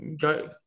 go